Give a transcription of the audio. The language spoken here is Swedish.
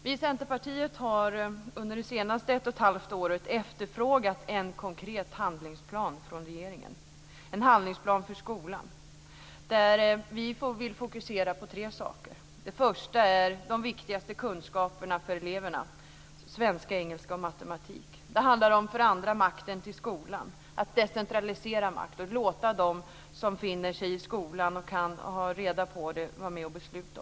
Vi i Centerpartiet har under det senaste ett och ett halvt året efterfrågat en konkret handlingsplan för skolan från regeringen. Vi vill fokusera på tre saker. Det första gäller de viktigaste kunskaperna för eleverna: svenska, engelska och matematik. Det andra handlar om makten i skolan, att man ska decentralisera makt och låta dem som befinner sig i skolan vara med och besluta.